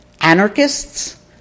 anarchists